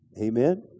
Amen